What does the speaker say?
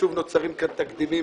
שוב נוצרים כאן תקדימים